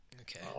Okay